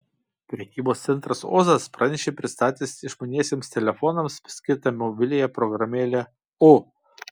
prekybos centras ozas pranešė pristatęs išmaniesiems telefonams skirtą mobiliąją programėlę o